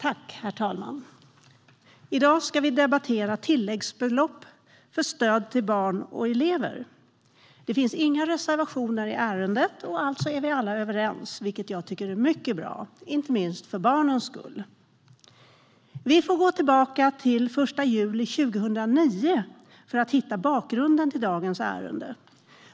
Herr talman! I dag ska vi debattera betänkandet Tilläggsbelopp för särskilt stöd till barn och elever . Det finns inga reservationer i ärendet. Alltså är vi alla överens. Det tycker jag är mycket bra, inte minst för barnens skull. Tilläggsbelopp för särskilt stöd till barn och elever Vi får gå tillbaka till den 1 juli 2009 för att hitta bakgrunden till dagens ärende.